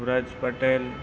Vraj Patel